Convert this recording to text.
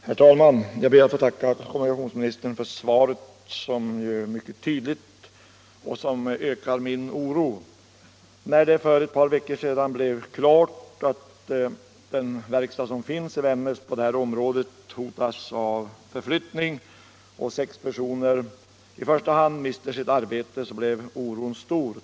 Herr talman! Jag ber att få tacka kommunikationsministern för svaret, som är mycket tydligt och som ökar min oro. När det för ett par veckor sedan stod klart att den verkstad som finns på detta område i Vännäs hotas av förflyttning och att i första hand sex personer därvid mister sitt arbete blev oron stor.